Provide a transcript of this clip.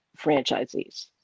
franchisees